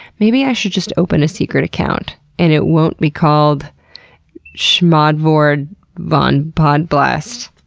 maybe i should just open a secret account, and it won't be called schmodvord von podblast.